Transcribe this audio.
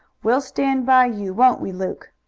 we'll stand by you, won't we, luke?